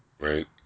Right